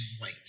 wait